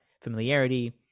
familiarity